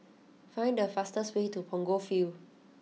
find the fastest way to Punggol Field